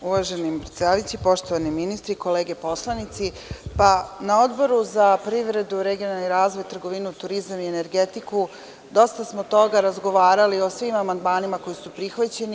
Uvaženi predsedavajući, poštovani ministre, kolege poslanici, na Odboru za privredu, regionalni razvoj, trgovinu, turizam i energetiku smo dosta toga razgovarali, o svim amandmanima koji su prihvaćeni.